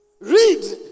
Read